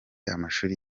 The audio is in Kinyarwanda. amashuri